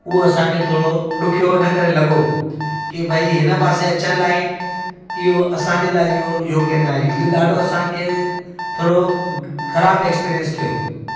उहो असांखे थोरो ॾुखियो हिन करे लॻो की भाई हिन पासे अचण लाइ इहो असांजे लाइ इहो योग्य नाहे इहो ॾाढो असांखे थोरो ख़राबु एक्सपीरियंस थियो